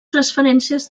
transferències